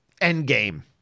Endgame